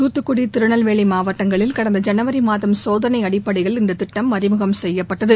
தூத்துக்குடி திருநெல்வேலி மாவட்டங்களில் கடந்த ஜனவரி மாதம் சோதனை அடிப்படையில் இந்த திட்டம் அறிமுகம் செய்யப்பட்டது